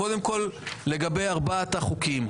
קודם כול לגבי ארבעת החוקים,